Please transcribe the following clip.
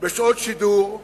בשעות שידור,